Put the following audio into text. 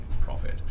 profit